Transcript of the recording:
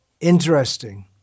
interesting